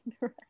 right